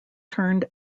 turned